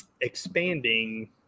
expanding